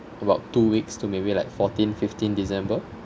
about two weeks to maybe like fourteen fifteen december